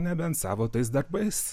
nebent savo tais darbais